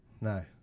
No